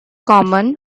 common